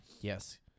Yes